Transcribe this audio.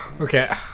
Okay